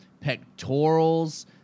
pectorals